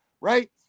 right